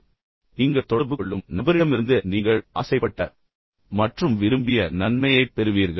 எனவே நீங்கள் தொடர்பு கொள்ளும் நபரிடமிருந்து நீங்கள் ஆசைப்பட்ட மற்றும் விரும்பிய நன்மையைப் பெறுவீர்கள்